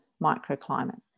microclimate